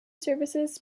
services